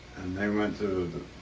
and they went to the